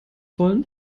wollen